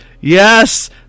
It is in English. Yes